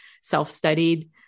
self-studied